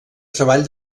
treball